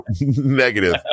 negative